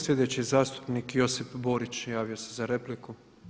Slijedeći zastupnik Josip Borić javio se za repliku.